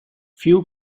few